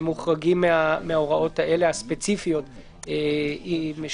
הם מוחרגים מההוראות הספציפיות האלה של